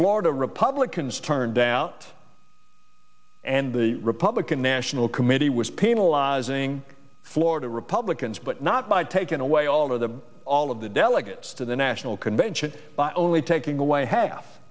florida republicans turned out and the republican national committee was penalizing florida republicans but not by taking away all of the all of the delegates to the national convention by only taking away half